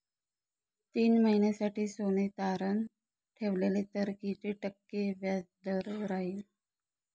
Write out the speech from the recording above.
तीन महिन्यासाठी सोने तारण ठेवले तर किती टक्के व्याजदर राहिल?